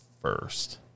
first